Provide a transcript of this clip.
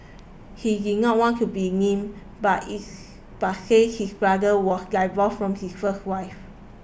he did not want to be named but its but said his brother was divorced from his first wife